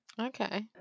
Okay